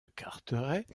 carteret